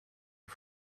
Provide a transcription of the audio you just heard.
are